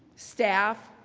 staff,